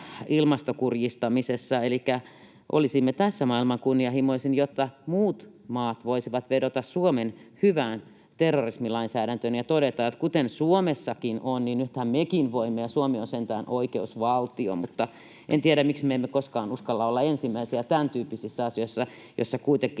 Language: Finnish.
ilmastokurjistamisessa? Elikkä olisimme tässä maailman kunnianhimoisin, ja muut maat voisivat vedota Suomen hyvään terrorismilainsäädäntöön ja todeta, että kuten on Suomessakin, niin nythän mekin voimme, ja Suomi on sentään oikeusvaltio. Mutta en tiedä, miksi me emme koskaan uskalla olla ensimmäisiä tämän tyyppisissä asioissa, joissa kuitenkin